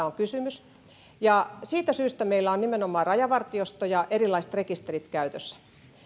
on kysymys siitä syystä meillä on nimenomaan rajavartiosto ja erilaiset rekisterit käytössä